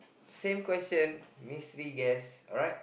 same question mystery guest alright